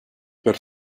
per